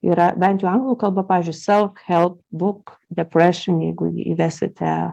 yra bent jau anglų kalba pavyzdžiui self help book depression jeigu įvesite